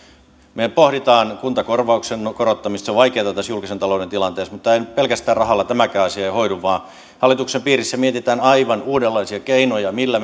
me pohdimme kuntakorvauksen korottamista se on vaikeata tässä julkisen talouden tilanteessa mutta pelkästään rahalla ei tämäkään asia hoidu vaan hallituksen piirissä mietitään aivan uudenlaisia keinoja millä